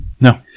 No